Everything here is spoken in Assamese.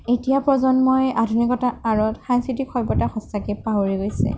এতিয়াৰ প্ৰজন্মই আধুনিকতাৰ আঁৰত সাংস্কৃতিক সভ্যতা সঁচাকৈ পাহৰি গৈছে